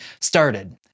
started